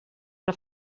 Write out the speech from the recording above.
una